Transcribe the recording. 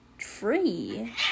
free